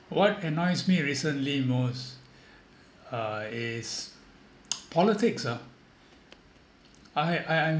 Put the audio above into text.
what annoys me recently most uh is politics ah I ha~ I am